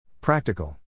Practical